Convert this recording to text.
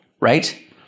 right